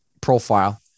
profile